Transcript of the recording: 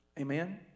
Amen